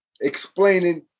explaining